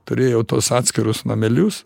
turėjau tuos atskirus namelius